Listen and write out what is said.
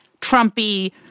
Trumpy